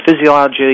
physiology